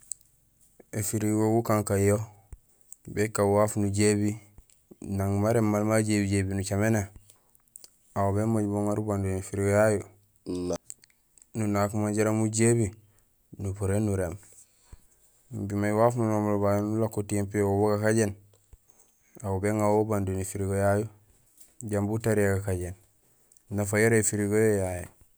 Ēfirigo gukakaan yo békaan waaf nujébi, nang maréém maal majébijébi nucaméné, aw bémooj mo uŋaar ubando néfirigo yayu, nunaak mo jaraam mujébi, nupuréén nuréém. Imbi may waaf nunomulo babu éni ulako tiyééŋ piyo wo bugakajéén, aw béŋawo ubando néfirigo yayu jambi utariya gakajéén. Nafa yara éfirigo yo yayé.